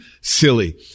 silly